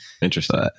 Interesting